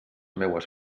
meues